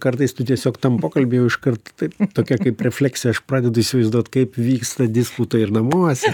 kartais tu tiesiog tam pokalby jau iškart tokia kaip refleksija aš pradedu įsivaizduot kaip vyksta disputai ir namuose